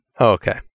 okay